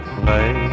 play